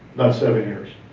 not seven years.